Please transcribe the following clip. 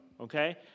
okay